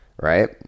right